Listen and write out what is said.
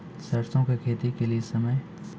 सरसों की खेती के लिए समय?